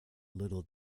little